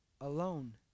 alone